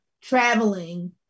traveling